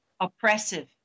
oppressive